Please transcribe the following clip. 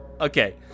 Okay